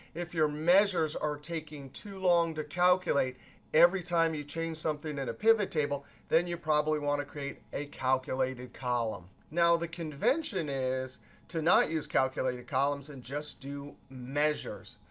if your measures are taking too long to calculate every time you change something in a pivot table, then you probably want to create a calculated column. now, the convention is to not use calculated columns and just do measures.